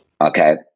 Okay